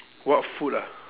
what food ah